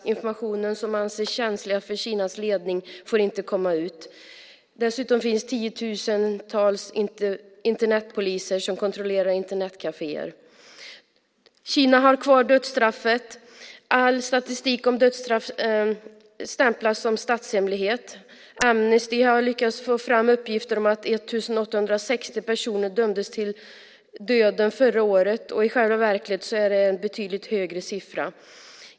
Information som anses känslig för Kinas ledning får inte komma ut. Dessutom finns tiotusentals Internetpoliser som kontrollerar Internetkaféer. Kina har kvar dödsstraffet. All statistik om dödsstraff stämplas som statshemlighet. Amnesty har lyckats få fram uppgifter om att 1 860 personer dömdes till döden förra året. I själva verket är det en betydligt högre siffra.